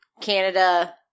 Canada